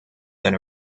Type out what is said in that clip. than